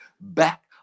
back